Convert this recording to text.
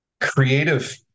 creative